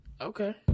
Okay